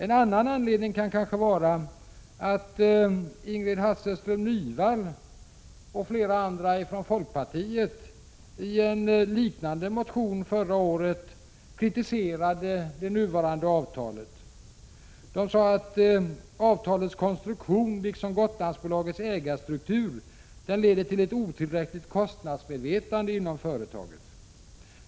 En annan anledning kan kanske vara att Ingrid Hasselström Nyvall och flera andra från folkpartiet i en liknande motion förra året kritiserade det nuvarande avtalet. De sade att avtalets konstruktion liksom Gotlandsbolagets ägarstruktur leder till ett otillräckligt kostnadsmedvetande inom företaget.